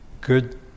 Good